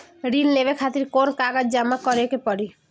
ऋण लेवे खातिर कौन कागज जमा करे के पड़ी?